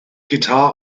guitar